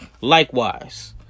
Likewise